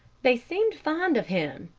they seemed fond of him,